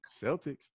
Celtics